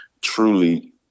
truly